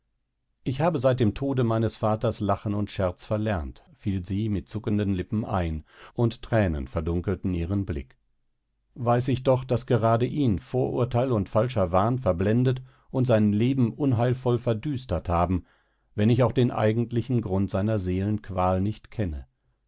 ich habe seit dem tode meines vaters lachen und scherz verlernt fiel sie mit zuckenden lippen ein und thränen verdunkelten ihren blick weiß ich doch daß gerade ihn vorurteil und falscher wahn verblendet und sein leben unheilvoll verdüstert haben wenn ich auch den eigentlichen grund seiner seelenqual nicht kenne